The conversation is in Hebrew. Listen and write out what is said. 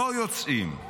לא יוצאים.